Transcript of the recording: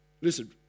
Listen